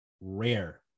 rare